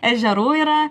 ežerų yra